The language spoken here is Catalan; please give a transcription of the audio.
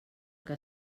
que